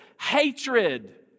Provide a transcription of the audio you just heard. hatred